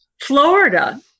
Florida